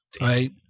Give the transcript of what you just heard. Right